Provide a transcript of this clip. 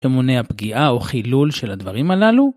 תמוני הפגיעה או חילול של הדברים הללו?